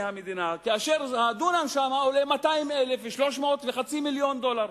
כאשר הדונם שם עולה 200,000 ו-300,000 וחצי מיליון דולר.